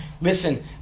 Listen